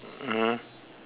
mmhmm